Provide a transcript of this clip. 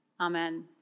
Amen